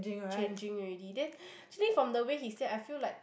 changing already then actually from the way he said I feel like